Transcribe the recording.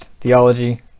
theology